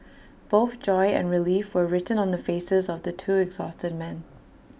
both joy and relief were written on the faces of the two exhausted men